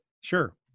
Sure